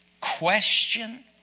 question